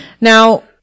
Now